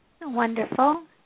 wonderful